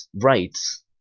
rights